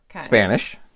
Spanish